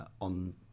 on